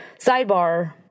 sidebar